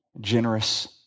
generous